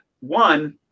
One